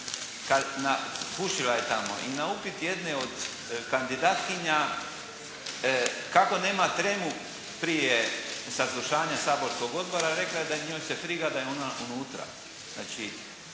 na put jedne od kandidatkinja kako nema tremu prije saslušanja saborskog odbora je rekla da njoj se friga, da je ona unutra.